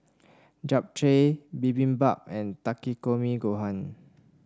Japchae Bibimbap and Takikomi Gohan